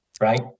right